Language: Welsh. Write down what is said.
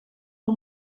yng